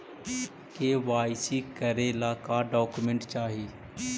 KYC करे ला का का डॉक्यूमेंट चाही?